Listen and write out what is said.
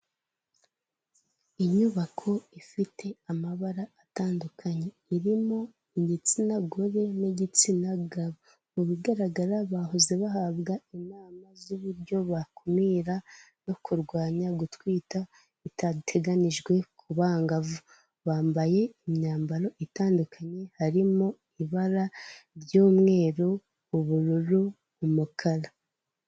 Inyubako ifite amabara atandukanye, irimo igitsina gore n'igitsina gabo, mu bigaragara bahoze bahabwa inama z'uburyo bakumira no kurwanya gutwita bitateganyijwe ku bangavu, bambaye imyambaro itandukanye harimo ibara ry'umweru, ubururu, umukara.